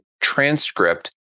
transcript